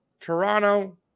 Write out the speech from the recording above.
Toronto